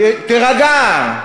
תירגע.